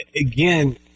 Again